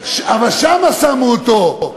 אבל שם שמו אותו.